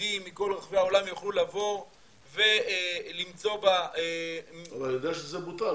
יהודים מכל רחבי העולם יוכלו לבוא ולמצוא בה- -- אבל אני יודע שזה בוטל,